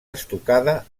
estucada